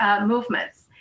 movements